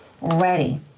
ready